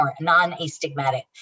non-astigmatic